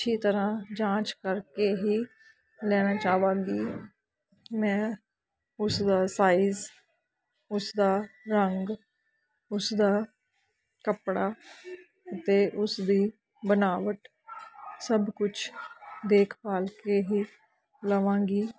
ਅੱਛੀ ਤਰ੍ਹਾਂ ਜਾਂਚ ਕਰਕੇ ਹੀ ਲੈਣਾ ਚਾਵਾਂਗੀ ਮੈਂ ਉਸਦਾ ਸਾਈਜ਼ ਉਸਦਾ ਰੰਗ ਉਸਦਾ ਕੱਪੜਾ ਅਤੇ ਉਸਦੀ ਬਣਾਵਟ ਸਭ ਕੁਛ ਦੇਖਭਾਲ ਕੇ ਹੀ ਲਵਾਂਗੀ